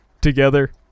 together